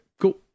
cool